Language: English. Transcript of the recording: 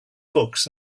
books